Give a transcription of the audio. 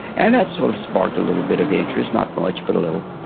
and that sort of sparked a little bit of interest. not much, but a little.